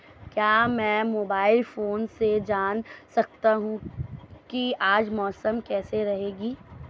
क्या मैं mobile phone से जान सकता हूँ कि आज मौसम कैसा रहेगा?